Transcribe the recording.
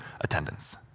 attendance